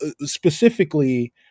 specifically